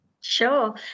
Sure